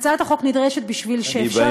הצעת החוק נדרשת בשביל שיהיה אפשר,